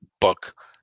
book